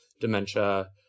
dementia